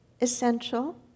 essential